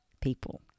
people